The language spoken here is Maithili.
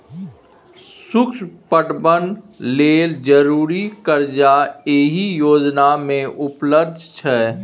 सुक्ष्म पटबन लेल जरुरी करजा एहि योजना मे उपलब्ध छै